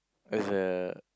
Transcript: as a